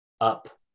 up